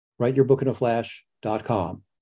writeyourbookinaflash.com